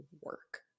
work